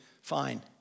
Fine